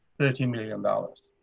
thirteen million dollars.